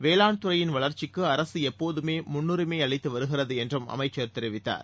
வேளாண் துறையின் வளர்ச்சிக்கு அரசு எப்போதமே முன்னுரிமை அளித்து வருகிறது என்றும் அமைச்சர் தெரிவித்தார்